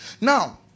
Now